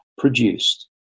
produced